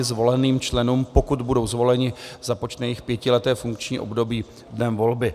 Zvoleným členům, pokud budou zvoleni, započne jejich pětileté funkční období dnem volby.